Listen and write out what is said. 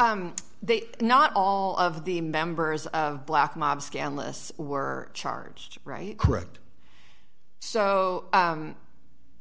it they not all of the members of black mob scandalous were charged right correct so